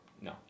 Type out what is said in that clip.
No